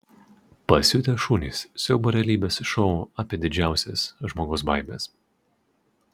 pasiutę šunys siaubo realybės šou apie didžiausias žmogaus baimes